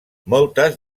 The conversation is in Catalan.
moltes